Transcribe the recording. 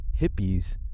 hippies